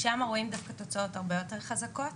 שם רואים דווקא תוצאות הרבה יותר חזקות.